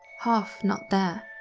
half not there.